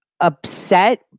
upset